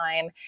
time